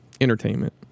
entertainment